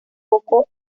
poco